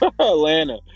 atlanta